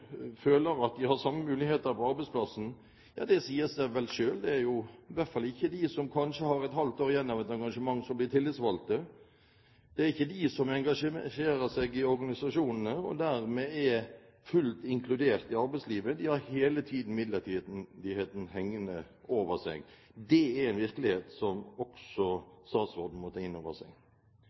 føler at de har de samme muligheter på arbeidsplassen. Det sier seg vel selv. Det er i hvert fall ikke de som kanskje har et halvt år igjen av et engasjement, som blir tillitsvalgte. Det er ikke de som engasjerer seg i organisasjonene og dermed er fullt inkludert i arbeidslivet. De har hele tiden midlertidigheten hengende over seg. Det er en virkelighet som også statsråden må ta inn over seg.